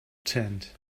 tent